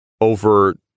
over